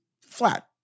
flat